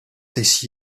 this